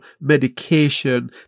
medication